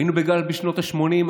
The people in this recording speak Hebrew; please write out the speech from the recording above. היינו בגל בשנות השמונים,